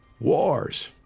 Wars